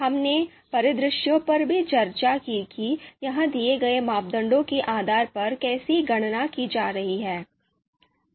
हमने परिदृश्यों पर भी चर्चा की कि यह दिए गए मापदंडों के आधार पर कैसे गणना की जा रही है